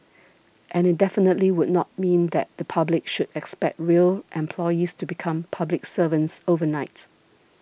and it definitely would not mean that the public should expect rail employees to become public servants overnight